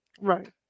Right